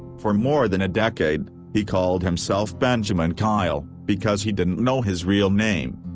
for more than a decade, he called himself benjaman kyle, because he didn't know his real name.